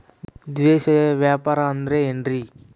ದೇಶೇಯ ವ್ಯಾಪಾರ ಅಂದ್ರೆ ಏನ್ರಿ?